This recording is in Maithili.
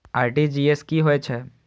आर.टी.जी.एस की होय छै